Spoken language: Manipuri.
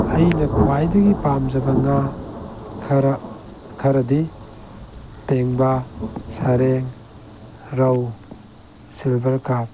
ꯑꯩꯅ ꯈ꯭ꯋꯥꯏꯗꯒꯤ ꯄꯥꯝꯖꯕ ꯉꯥ ꯈꯔ ꯈꯔꯗꯤ ꯄꯦꯡꯕꯥ ꯁꯥꯔꯦꯡ ꯔꯧ ꯁꯤꯜꯚꯔ ꯀꯥꯞ